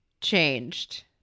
changed